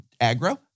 aggro